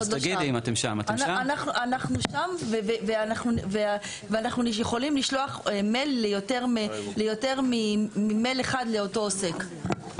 אנחנו שם ואנחנו יכולים לשלוח יותר ממייל אחד לאותו עוסק.